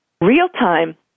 real-time